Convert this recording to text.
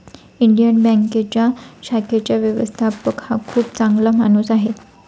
Indian बँकेच्या शाखेचा व्यवस्थापक हा खूप चांगला माणूस आहे